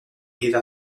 eva